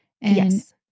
Yes